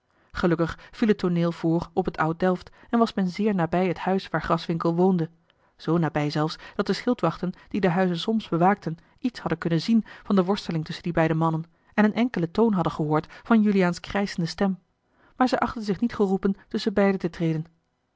viel het tooneel voor op het oud delft en was men zeer nabij het huis waar graswinckel woonde zoo nabij zelfs dat de schildwachten die den huize solms bewaakten iets hadden kunnen zien van de worsteling tusschen die beide mannen en een enkelen toon hadden gehoord van juliaans krijschende stem maar zij achtten zich niet geroepen tusschen beiden te treden